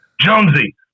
Jonesy